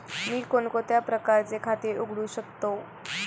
मी कोणकोणत्या प्रकारचे खाते उघडू शकतो?